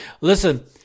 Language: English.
Listen